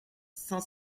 cinq